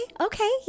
okay